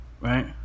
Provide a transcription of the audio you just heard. right